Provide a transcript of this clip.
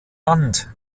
land